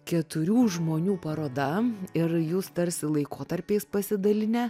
keturių žmonių paroda ir jūs tarsi laikotarpiais pasidalinę